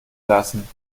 lassen